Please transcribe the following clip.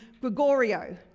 Gregorio